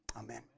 Amen